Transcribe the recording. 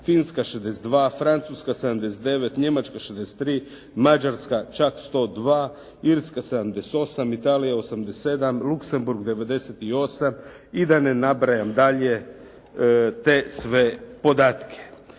Finska 62, Francuska 79, Njemačka 63, Mađarska čak 102, Irska 78, Italija 87, Luxembourg 98 i da ne nabrajam dalje te sve podatke.